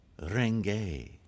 Renge